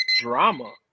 drama